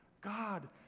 God